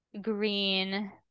green